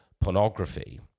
pornography